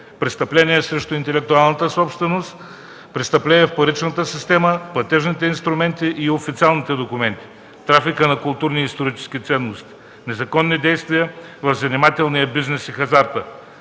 престъпления срещу интелектуалната собственост; престъпления във вторичната система, платежните инструменти и официалните документи; трафикът на културни исторически ценности; незаконни действия в занимателния бизнес и хазарта;